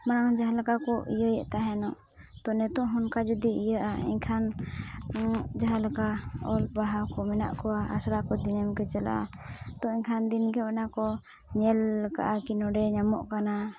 ᱢᱟᱲᱟᱝ ᱡᱟᱦᱟᱸ ᱞᱮᱠᱟᱠᱚ ᱤᱭᱟᱹᱭᱮᱫ ᱛᱟᱦᱮᱱᱚᱜ ᱛᱚ ᱱᱤᱛᱳᱜ ᱦᱚᱸ ᱚᱱᱠᱟ ᱡᱩᱫᱤ ᱤᱭᱟᱹᱜᱼᱟ ᱮᱱᱠᱷᱟᱱ ᱡᱟᱦᱟᱸᱞᱮᱠᱟ ᱚᱞᱼᱯᱟᱲᱦᱟᱣᱠᱚ ᱢᱮᱱᱟᱜ ᱠᱚᱣᱟ ᱟᱥᱲᱟᱠᱚ ᱫᱤᱱᱟᱹᱢᱠᱚ ᱪᱟᱞᱟᱜᱼᱟ ᱛᱚ ᱮᱱᱠᱷᱟᱱ ᱫᱤᱱᱜᱮ ᱚᱱᱟᱠᱚ ᱧᱮᱞᱟᱠᱟᱜᱼᱟ ᱠᱤ ᱱᱚᱰᱮ ᱧᱟᱢᱚᱜ ᱠᱟᱱᱟ